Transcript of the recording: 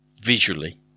visually